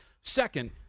Second